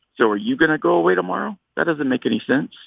so are you going to go away tomorrow? that doesn't make any sense.